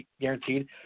guaranteed